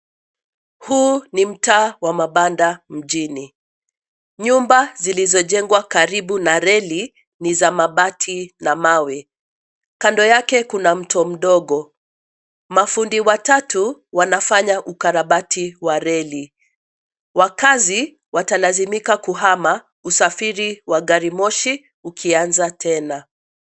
Huu ni mtaa wa mabanda mjini. Nyumba zilizojengwa karibu na reli, ni za mabati na mawe. Kando yake kuna mto mdogo. Mafundi watatu wanafanya ukarabati wa reli. Wakazi, watalazimika kuhama, usafiri wa garimoshi, ukianza tena.